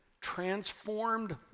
Transformed